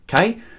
okay